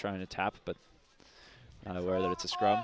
trying to tap but were a little too strong